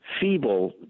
Feeble